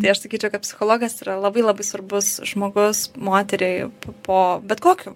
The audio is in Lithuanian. tai aš sakyčiau kad psichologas yra labai labai svarbus žmogus moteriai po bet kokiu